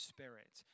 Spirit